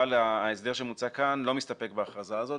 אבל ההסדר שמוצע כאן לא מסתפק בהכרזה הזאת,